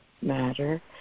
matter